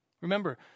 Remember